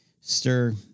stir